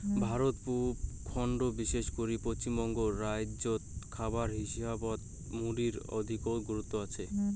ভারতর পুব খণ্ডত বিশেষ করি পশ্চিমবঙ্গ রাইজ্যত খাবার হিসাবত মুড়ির অধিকো গুরুত্ব আচে